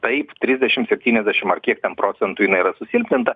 taip trisdešim septyniasdešim ar kiek ten procentų jinai yra susilpninta